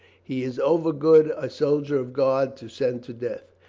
he is overgood a soldier of god to send to death.